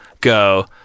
go